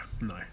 No